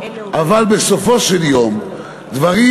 אבל בסופו של דבר,